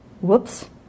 Whoops